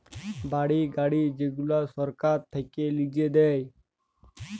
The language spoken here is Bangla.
বাড়ি, গাড়ি যেগুলা সরকার থাক্যে লিজে দেয়